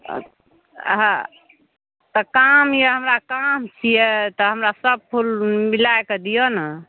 हँ हँ तऽ काम यऽ हमरा काम छियै तऽ हमरा सब फूल मिलाए कऽ दिअ ने